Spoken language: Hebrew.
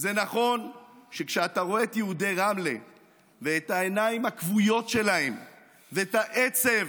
זה נכון שכשאתה רואה את יהודי רמלה ואת העיניים הכבויות שלהם ואת העצב,